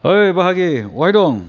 ओइ बाहागि अबेहाय दं